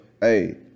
hey